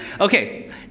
Okay